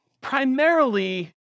primarily